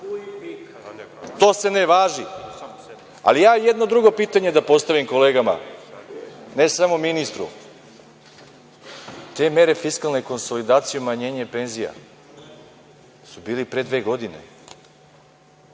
To se ne važi. Ali, jedno drugo pitanje da postavim kolegama, ne samo ministru, te mere fiskalne konsolidacije i umanjenje penzija su bile pre dve godine.